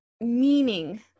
meaning